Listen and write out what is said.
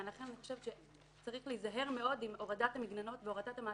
ואני חושבת שצריך להיזהר מאוד עם הורדת המגננות והורדת המעטפות,